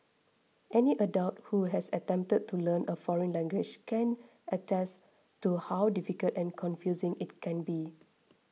any adult who has attempted to learn a foreign language can attest to how difficult and confusing it can be